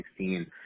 2016